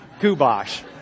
Kubosh